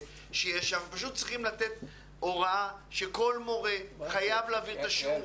פשוט צריך לתת הוראה שכל מורה חייב להעביר את השיעור